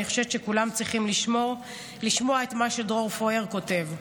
חושבת שכולם צריכים לשמוע את מה שדרור פויר כותב: